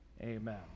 Amen